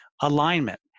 alignment